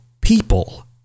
people